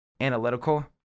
analytical